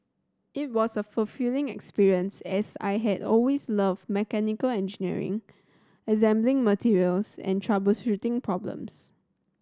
it was a fulfilling experience as I had always loved mechanical engineering assembling materials and troubleshooting problems